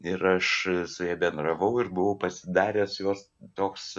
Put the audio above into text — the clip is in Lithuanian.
ir aš su ja bendravau ir buvau pasidaręs jos toks